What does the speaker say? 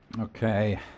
okay